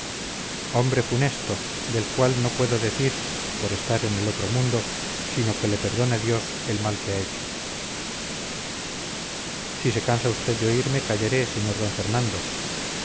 hombre funesto del cual no puedo decir por estar en el otro mundo sino que le perdone dios el mal que ha hecho si se cansa usted de oírme callaré sr d fernando